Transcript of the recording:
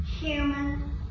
human